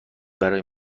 برای